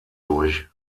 durch